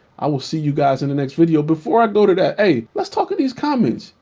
i will see you guys in the next video. before i go to that hey, let's talk in these comments.